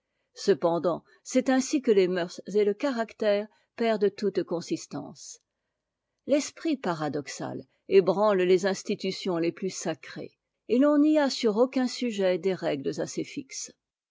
cependant c'est ainsi que les mœurs et le caractère perdent toute consistance tesprit paradoxal ébranle les institutions les plus sacrées et l'on n'y à sur aucun sujet des règles assez fixes